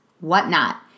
whatnot